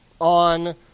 on